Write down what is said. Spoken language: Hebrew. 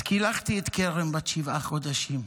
אז קילחתי את כרם בת השבעה חודשים.